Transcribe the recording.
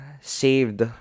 saved